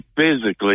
physically